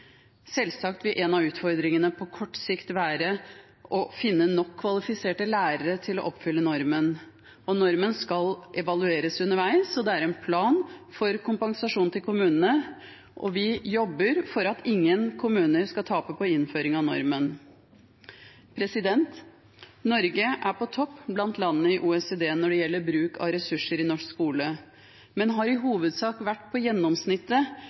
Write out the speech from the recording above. Selvsagt vil en av utfordringene på kort sikt være å finne nok kvalifiserte lærere til å oppfylle normen. Og normen skal evalueres underveis. Det er en plan for kompensasjon til kommunene. Vi jobber for at ingen kommuner skal tape på innføring av normen. Norge er på topp blant landene i OECD når det gjelder bruk av ressurser i skolen, men har i hovedsak vært på gjennomsnittet